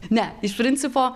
ne iš principo